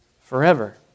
forever